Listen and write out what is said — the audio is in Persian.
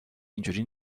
اینجوری